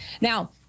now